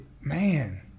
Man